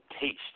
taste